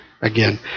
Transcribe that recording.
again